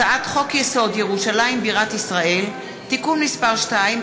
הצעת חוק-יסוד: ירושלים בירת ישראל (תיקון מס' 2)